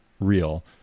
real